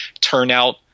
Turnout